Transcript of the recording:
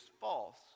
false